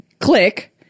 click